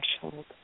threshold